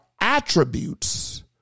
attributes